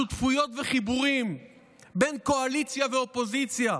שותפויות וחיבורים בין קואליציה לאופוזיציה.